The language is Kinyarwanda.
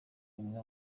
amwe